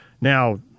Now